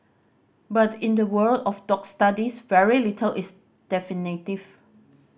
but in the world of dog studies very little is definitive